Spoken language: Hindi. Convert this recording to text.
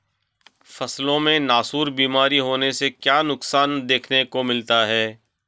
फसलों में नासूर बीमारी होने से क्या नुकसान देखने को मिलता है?